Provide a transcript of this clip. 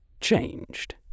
changed